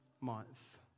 month